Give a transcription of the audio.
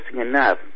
enough